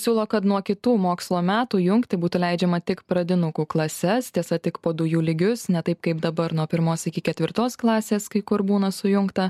siūlo kad nuo kitų mokslo metų jungti būtų leidžiama tik pradinukų klases tiesa tik po du jų lygius ne taip kaip dabar nuo pirmos iki ketvirtos klasės kai kur būna sujungta